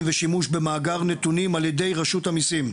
ושימוש במאגר נתונים על ידי רשות המיסים".